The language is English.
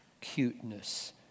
cuteness